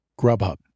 Grubhub